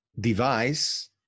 device